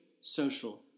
social